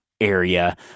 area